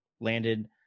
landed